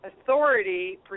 authority